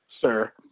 sir